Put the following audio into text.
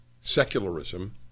secularism